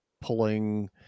pulling